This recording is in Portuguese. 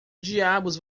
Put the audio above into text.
diabos